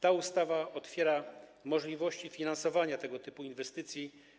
Ta ustawa otwiera możliwości finansowania tego typu inwestycji.